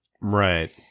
right